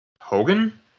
Hogan